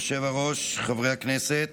היושב-ראש, חברי הכנסת,